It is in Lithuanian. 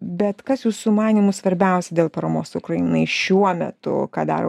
bet kas jūsų manymu svarbiausia dėl paramos ukrainai šiuo metu ką daro